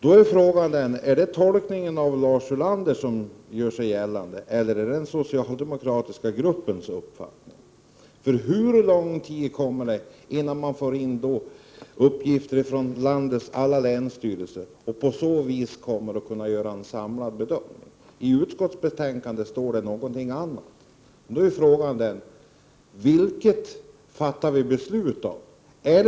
Jag måste därför fråga: Är det Lars Ulanders tolkning eller är det den socialdemokratiska riksdagsgruppens uppfattning som gäller? Och hur lång tid kommer det att dröja innan man, efter att ha fått in uppgifter från landets alla länsstyrelser, kan göra en samlad bedömning? I utskottsbetänkandet sägs någonting annat. Vad är det som gäller i fråga om de beslut vi fattar?